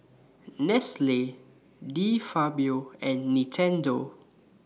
Nestle De Fabio and Nintendo